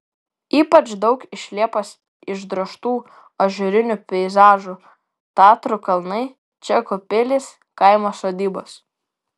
ypač daug iš liepos išdrožtų ažūrinių peizažų tatrų kalnai čekų pilys kaimo sodybos